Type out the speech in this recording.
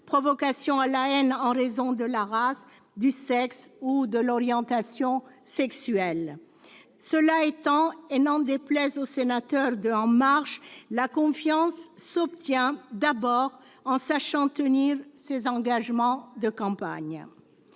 provocation à la haine en raison de la race, du sexe ou de l'orientation sexuelle. Cela étant, et n'en déplaise aux sénateurs du groupe La République en marche, la confiance s'obtient d'abord en sachant tenir ses engagements de campagne.